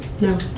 No